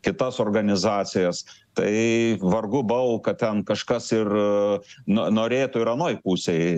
kitas organizacijas tai vargu bau kad ten kažkas ir n norėtų ir anoj pusėj